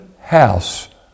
house